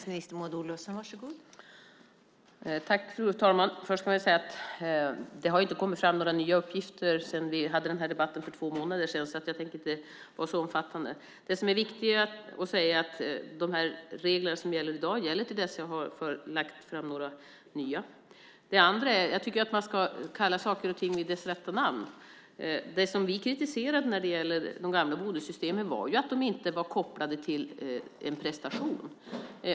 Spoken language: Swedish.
Fru talman! Jag vill först säga att det inte har kommit fram några nya uppgifter sedan vi hade den här debatten för två månader sedan. Jag tänker därför inte vara så omfattande. Det som är viktigt att säga är att de regler som gäller i dag gäller till dess att jag har lagt fram några nya. Jag tycker också att man ska kalla saker och ting vid deras rätta namn. Det som vi kritiserade när det gäller de gamla bonussystemen var att de inte var kopplade till en prestation.